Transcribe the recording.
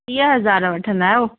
टीह हज़ार वठंदा आहियो